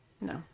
No